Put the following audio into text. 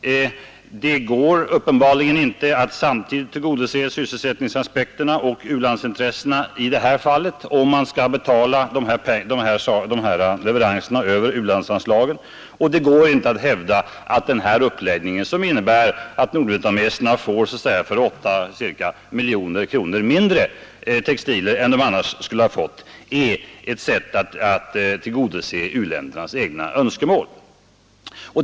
För det andra går det uppenbarligen inte att samtidigt tillgodose sysselsättningsaspekterna och u-landsintressena, om man skall betala leveranserna till överpris via u-landsanslagen. För det tredje går det inte att hävda att den här uppläggningen, som innebär att nordvietnameserna får för ca 8 miljoner kronor mindre textilier än de annars skulle ha fått, är ett sätt att tillgodose u-landets eget önskemål.